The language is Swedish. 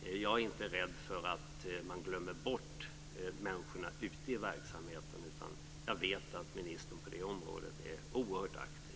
Jag är inte rädd för att människorna ute i verksamheten ska glömmas bort, utan jag vet att ministern på det området är oerhört aktiv.